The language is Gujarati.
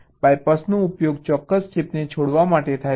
BYPASS નો ઉપયોગ ચોક્કસ ચિપને છોડવા માટે થાય છે